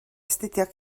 astudio